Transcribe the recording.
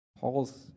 Paul's